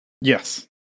Yes